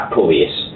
police